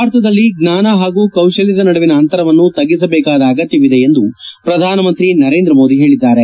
ಭಾರತದಲ್ಲಿ ಜ್ವಾನ ಹಾಗೂ ಕೌಶಲ್ಲದ ನಡುವಿನ ಅಂತರವನ್ನು ತಗ್ಗಿಸಬೇಕಾದ ಅಗತ್ಯವಿದೆ ಎಂದು ಪ್ರಧಾನಮಂತ್ರಿ ನರೇಂದ್ರ ಮೋದಿ ಹೇಳಿದ್ದಾರೆ